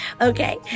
Okay